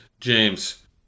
James